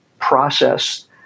process